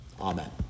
Amen